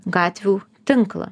gatvių tinklą